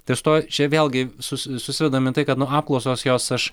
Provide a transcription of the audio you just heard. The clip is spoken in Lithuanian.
ties tuo čia vėlgi susi susivedam į tai kad nu apklausos jos aš